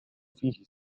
فيه